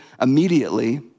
immediately